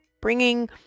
bringing